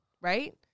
Right